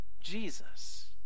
Jesus